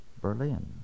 Berlin